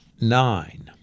nine